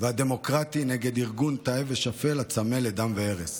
והדמוקרטי נגד ארגון נתעב ושפל הצמא לדם והרס.